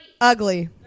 ugly